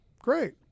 great